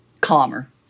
calmer